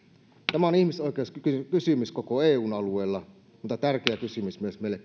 tämä on ihmisoikeuskysymys koko eun alueella mutta tärkeä kysymys myös meille